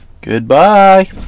Goodbye